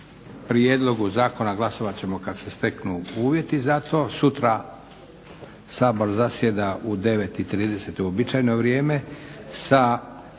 prijedlogu Zakona glasovat ćemo kad se steknu uvjeti, za to. Sutra Sabor zasjeda u 9,30, uobičajeno vrijeme,